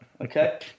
okay